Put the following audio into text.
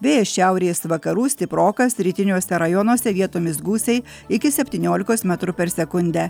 vėjas šiaurės vakarų stiprokas rytiniuose rajonuose vietomis gūsiai iki septyniolikos metrų per sekundę